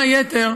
כאלה,